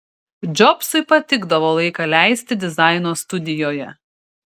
džobsui patikdavo laiką leisti dizaino studijoje